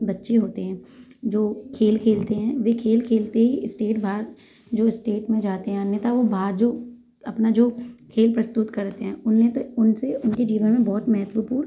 बच्चे होते हैं जो खेल खेलते हैं वे खेल खेलते ही स्टेट भाग जो स्टेट में जाते हैं अन्यथा वो बाहर जो अपना जो खेल प्रस्तुत करते हैं उन्हें तो उनसे उनके जीवन में बहुत महत्वपूर्ण